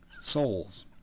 souls